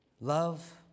Love